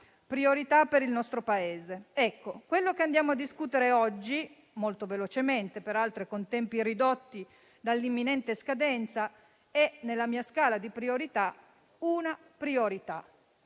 priorità per il nostro Paese. Il provvedimento che andiamo a discutere oggi, molto velocemente, peraltro, e con tempi ridotti dall'imminente scadenza, rappresenta, nella mia scala di priorità, una priorità.